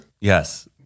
Yes